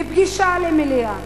מפגישה למליאה,